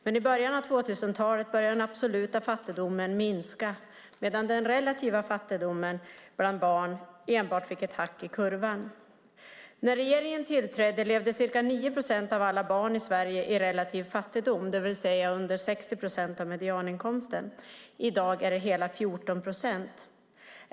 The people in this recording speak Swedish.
Men i början av 2000-talet började den absoluta fattigdomen minska, medan den relativa fattigdomen bland barn enbart fick ett hack i kurvan. När regeringen tillträdde levde ca 9 procent av alla barn i Sverige i relativ fattigdom, det vill säga under 60 procent av medianinkomsten. I dag är det hela 14 procent som gör det.